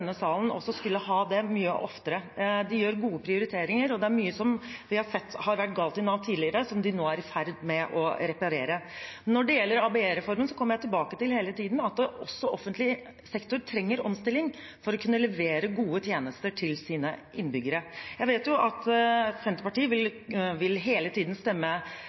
denne salen skulle ha det mye oftere. De gjør gode prioriteringer. Mye vi har sett tidligere som har vært galt i Nav, er de nå i ferd med å reparere. Når det gjelder ABE-reformen, kommer jeg hele tiden tilbake til at også offentlig sektor trenger omstilling for å kunne levere gode tjenester til sine innbyggere. Jeg vet at Senterpartiet hele tiden vil stemme